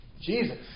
Jesus